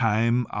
Time